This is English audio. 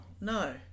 no